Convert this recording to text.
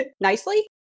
Nicely